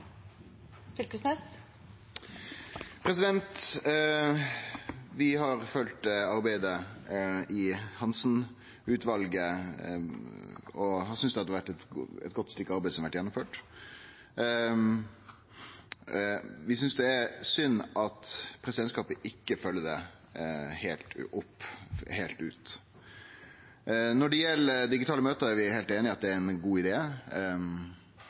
til. Vi har følgt arbeidet i Hansen-utvalet og synest det er eit godt stykke arbeid som er gjennomført. Vi synest det er synd at presidentskapet ikkje følgjer det heilt ut. Når det gjeld digitale møte, er vi heilt einige i at det er ein god